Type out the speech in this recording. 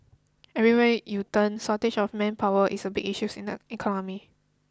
everywhere you turn shortage of manpower is a big issues in the economy